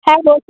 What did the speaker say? হ্যাঁ বলুন